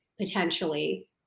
potentially